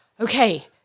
okay